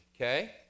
Okay